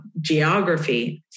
geography